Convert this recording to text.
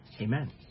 amen